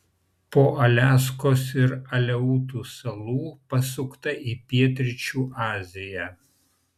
po aliaskos ir aleutų salų pasukta į pietryčių aziją